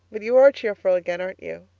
but you are cheerful again, aren't you?